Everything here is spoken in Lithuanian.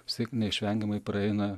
vis tiek neišvengiamai praeina